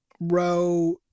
row